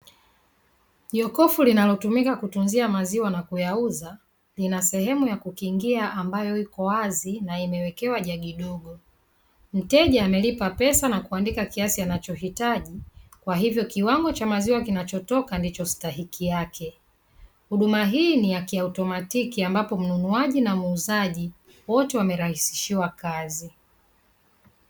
Jokofu linalotumika kuuzia maziwa na kuyauza ina sehemu ya kukingia ambayo iko wazi na imewekewa jagi dogo. Mteja amelipa pesa na kuandika kiasi anachohitaji. Kwa hivyo kiwango cha maziwa kinachotoka ndicho stahiki yake. Huduma hii ni ya kiautomatiki mnunuaji na muuzaji wote wamerahisishiwa kazi.